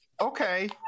okay